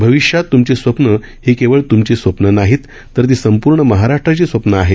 भविष्यात तुमची स्वप्न ही केवळ तुमची स्वप्न नाहीत तर ती संपूर्ण महाराष्ट्राची स्वप्न आहेत